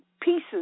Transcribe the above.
pieces